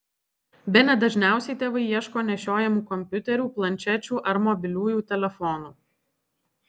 bene dažniausiai tėvai ieško nešiojamų kompiuterių planšečių ar mobiliųjų telefonų